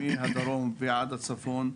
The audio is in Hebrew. מהדרום ועד הצפון,